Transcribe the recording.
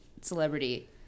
celebrity